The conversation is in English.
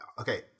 Okay